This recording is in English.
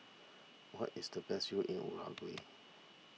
what is the best view in Uruguay